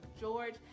George